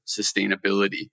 sustainability